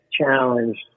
challenged